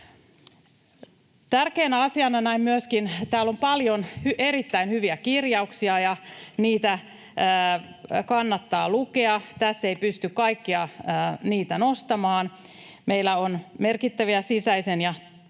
peruskouluun lisäämään. Täällä on paljon erittäin hyviä kirjauksia, ja niitä kannattaa lukea. Tässä ei pysty kaikkia niitä nostamaan. Meillä on merkittäviä sisäisen ja ulkoisen